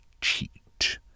cheat